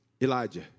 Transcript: Elijah